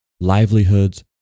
livelihoods